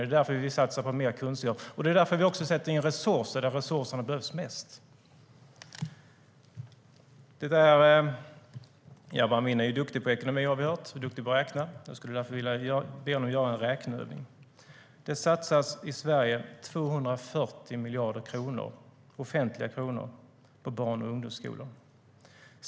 Det är därför vi vill satsa på mer kunskap, och det är därför vi också sätter in resurser där resurserna behövs mest. Jabar Amin är duktig på ekonomi, har vi hört. Han är duktig på att räkna. Därför skulle jag vilja be honom göra en räkneövning. Det satsas i Sverige 240 miljarder offentliga kronor på barn och ungdomsskolor.